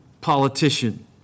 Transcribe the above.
politician